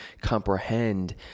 comprehend